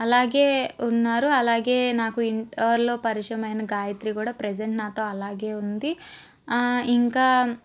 అలాగే ఉన్నారు అలాగే నాకు ఇంటర్లో పరిచయమైన గాయత్రి కూడా ప్రెజెంట్ నాతో అలాగే ఉంది ఇంకా